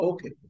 Okay